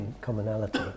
commonality